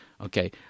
Okay